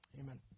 Amen